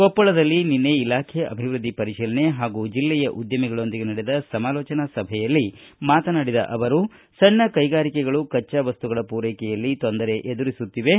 ಕೊಪ್ಪಳದಲ್ಲಿ ನಿನ್ನೆ ಇಲಾಖೆಯ ಅಭಿವೃದ್ಧಿ ಪರಿಶೀಲನೆ ಹಾಗೂ ಜಿಲ್ಲೆಯ ಉದ್ಯಮಿಗಳೊಂದಿಗೆ ನಡೆದ ಸಮಾಲೋಚನಾ ಸಭೆಯಲ್ಲಿ ಮಾತನಾಡಿದ ಅವರು ಸಣ್ಣ ಕೈಗಾರಿಕೆಗಳು ಕಚ್ಚಾ ವಸ್ತುಗಳ ಪೂರೈಕೆಯಲ್ಲಿ ತೊಂದರೆ ಎದುರಿಸುತ್ತಿವೆ